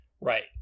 Right